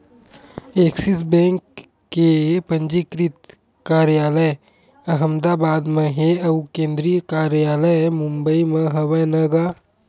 Axis Bank के पंजीकृत कारयालय अहमदाबाद म हे अउ केंद्रीय कारयालय मुबई म हवय न गा